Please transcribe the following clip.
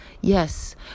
yes